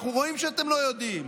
אנחנו רואים שאתם לא יודעים.